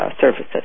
services